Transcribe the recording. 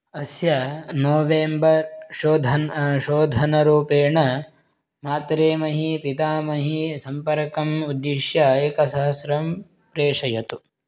अस्य नोवेम्बर् शोधनं शोधनरूपेण मातामही पितामही सम्पर्कम् उद्दिश्य एकसहस्रं प्रेषयतु